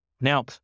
Now